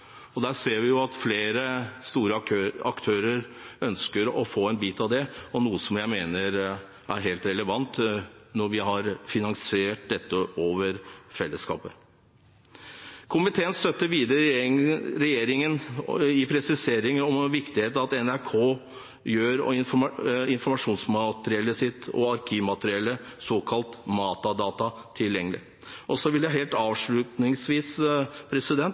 Der ser vi at flere store aktører ønsker å få en bit av det, noe jeg mener er helt relevant når vi har finansiert dette over fellesskapet. Komiteen støtter videre regjeringen i presiseringen av at det er viktig at NRK gjør informasjon om arkivmateriellet, såkalt metadata, tilgjengelig. Så vil jeg avslutningsvis